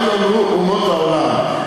מה יאמרו אומות העולם.